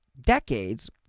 decades